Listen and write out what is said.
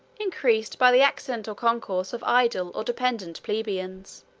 increased by the accidental concourse of idle or dependent plebeians.